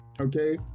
okay